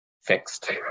fixed